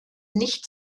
nicht